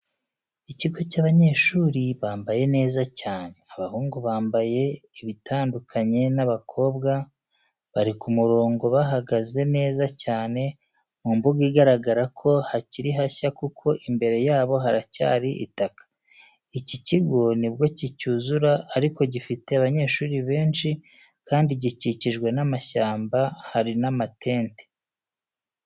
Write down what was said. Ikigo cyabanyeshuri bambaye neza cyane, abahungu bambaye bitandukanye n'abakobwa, bari ku murongo bahagaze neza cyane, mu mbuga igaragara ko hakiri hashya kuko imbere yabo haracyari itaka. Iki kigo nibwo kicyuzura ariko gifite abanyeshuri benshi kandi gikikijwe n'amashyamba hari n'amatente.